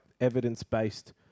evidence-based